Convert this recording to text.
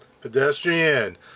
Pedestrian